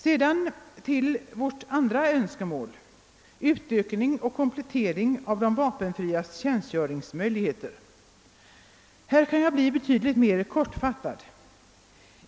Sedan till vårt andra önskemål, utökning och komplettering av de vapenfrias tjänstgöringsmöjligheter. Här kan jag fatta mig kortare.